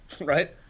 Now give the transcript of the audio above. right